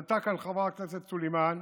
עלתה לכאן חברת הכנסת סלימאן